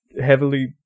heavily